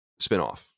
spinoff